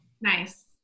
nice